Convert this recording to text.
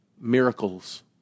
Miracles